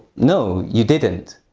no, you didn't.